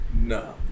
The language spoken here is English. No